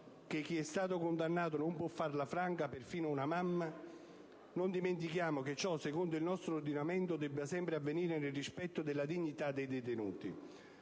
che chi è stato condannato non può farla franca (perfino una mamma), non dimentichiamo come ciò, secondo il nostro ordinamento, debba sempre avvenire nel rispetto della dignità dei detenuti.